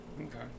Okay